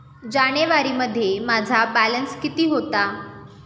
जानेवारीमध्ये माझा बॅलन्स किती होता?